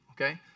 okay